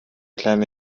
kleine